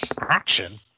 Action